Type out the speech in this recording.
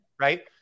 right